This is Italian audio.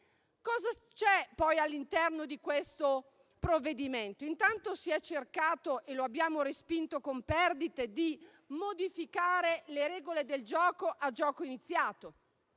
Cosa c'è poi all'interno di questo provvedimento? Intanto si è cercato - e lo abbiamo respinto con perdite - di modificare le regole del gioco a gioco iniziato